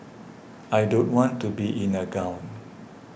I don't want to be in a gown